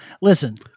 listen